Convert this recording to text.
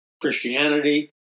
Christianity